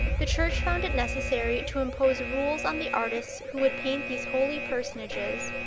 the church found it necessary to impose rules on the artists who would paint these holy personages.